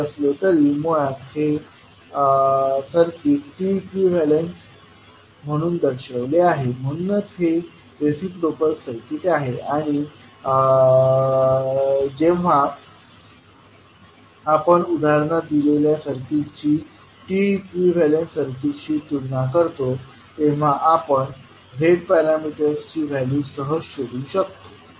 असे असले तरी मुळातच हे सर्किट T इक्विवेलेंट म्हणून दर्शविले आहे म्हणूनच हे रिसिप्रोकल सर्किट आहे आणि जेव्हा आपण उदाहरणात दिलेल्या सर्किट ची T इक्विवेलेंट सर्किटशी तुलना करतो तेव्हा आपण झेड पॅरामीटर्स ची व्हॅल्यू सहज शोधू शकतो